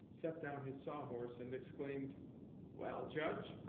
set down his saw-horse, and exclaimed well, judge,